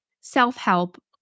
self-help